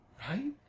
Right